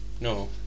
No